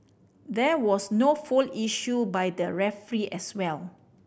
there was no foul issued by the referee as well